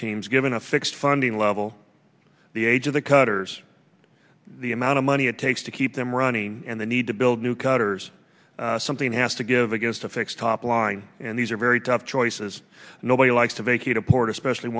teams given a fixed funding level the age of the cutters the amount of money it takes to keep them running and they need to be new cutters something has to give against a fixed top line and these are very tough choices nobody likes to vacate a port especially